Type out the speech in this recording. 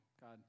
God